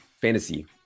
Fantasy